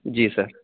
جی سر